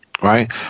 right